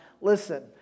listen